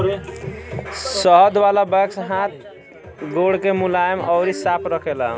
शहद वाला वैक्स हाथ गोड़ के मुलायम अउरी साफ़ रखेला